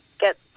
get